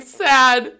sad